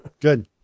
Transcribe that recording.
Good